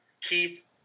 Keith